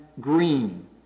green